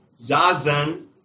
zazen